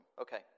Okay